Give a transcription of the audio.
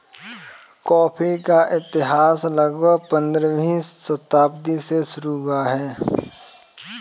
coffee का इतिहास लगभग पंद्रहवीं शताब्दी से शुरू हुआ है